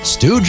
Stu